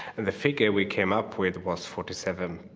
and the figure we came up with was forty seven.